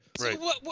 Right